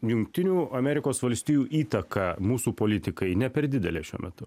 jungtinių amerikos valstijų įtaką mūsų politikai ne per didelė šiuo metu